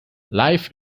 life